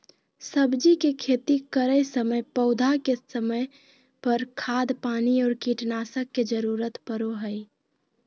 सब्जी के खेती करै समय पौधा के समय पर, खाद पानी और कीटनाशक के जरूरत परो हइ